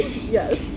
yes